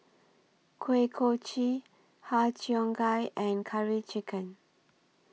Kuih Kochi Har Cheong Gai and Curry Chicken